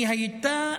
היא הייתה